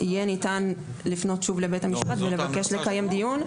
יהיה ניתן לפנות שוב לבית המשפט ולבקש לקיים דיון.